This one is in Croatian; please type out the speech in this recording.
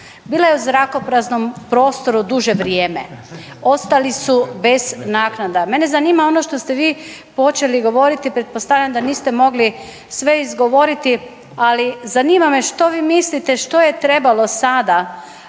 bila u zrakopraznom prostoru duže vrijeme, ostali su bez naknada. Mene zanima ono što ste vi počeli govoriti, pretpostavljam da niste mogli sve izgovoriti ali zanima me što vi mislite što je trebalo sada